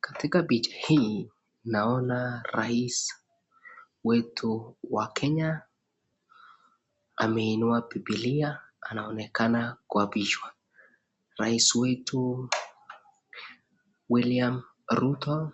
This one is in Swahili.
Katika picha hii naona rais weyu wa kenya ameinua bibilia anaonekana kuapishwa. Rais wetu William Ruto